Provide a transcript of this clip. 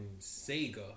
Sega